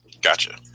Gotcha